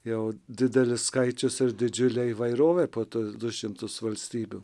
jau didelis skaičius ir didžiulė įvairovė po tuos du šimtus valstybių